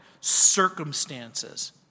circumstances